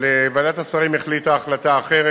אבל ועדת השרים החליטה החלטה אחרת,